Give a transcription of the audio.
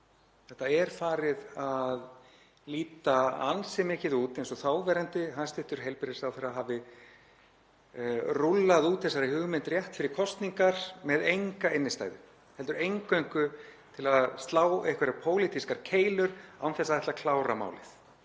Þetta er farið að líta ansi mikið út eins og þáverandi hæstv. heilbrigðisráðherra hafi rúllað út þessari hugmynd rétt fyrir kosningar með enga innstæðu heldur eingöngu til að slá einhverjar pólitískar keilur án þess að ætla að klára málið.